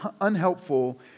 unhelpful